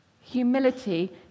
Humility